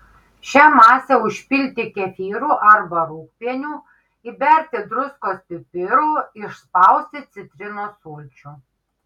šią masę užpilti kefyru arba rūgpieniu įberti druskos pipirų išspausti citrinos sulčių